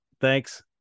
thanks